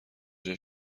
جای